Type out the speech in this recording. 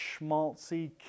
schmaltzy